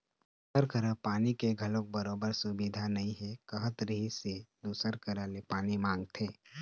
ओखर करा पानी के घलोक बरोबर सुबिधा नइ हे कहत रिहिस हे दूसर करा ले पानी मांगथे